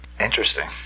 interesting